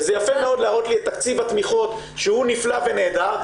זה יפה מאוד להראות לי את תקציב התמיכות שהוא נפלא ונהדר,